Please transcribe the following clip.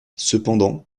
cependant